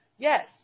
Yes